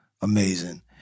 amazing